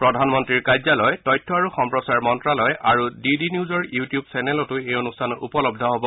প্ৰাধনমন্ত্ৰীৰ কাৰ্যালয় তথ্য আৰু সম্প্ৰচাৰ মন্ত্ৰালয় আৰু ডি ডি নিউজৰ ইউটিউব চেনেলতো এই অনুষ্ঠান উপলব্ধ হ'ব